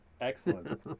excellent